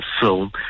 film